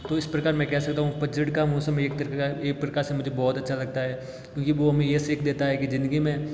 तो इस प्रकार मैं कह सकता हूँ पतझड़ का मौसम एक तरह एक प्रकार से मुझे बहुत अच्छा लगता है क्योंकि वो हमें यह सीख देता है की ज़िंदगी में